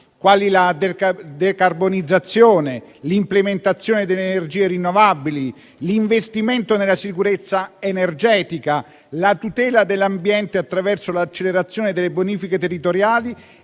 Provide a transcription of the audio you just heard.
quali la decarbonizzazione, l'implementazione delle energie rinnovabili, l'investimento nella sicurezza energetica, la tutela dell'ambiente attraverso l'accelerazione delle bonifiche territoriali